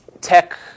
Tech